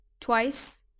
twice